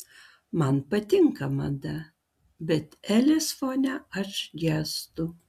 man patinka mada bet elės fone aš gęstu